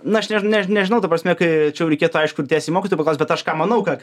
na aš než než nežinau ta prasme kai čia jau reikėtų aišku tiesiai mokytojų paklaust bet aš ką manau ką ką